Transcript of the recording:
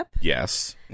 Yes